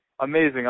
amazing